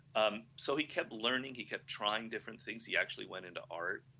um so he kept learning, he kept trying different things, he actually went into art,